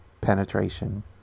penetration